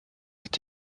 est